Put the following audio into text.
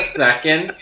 second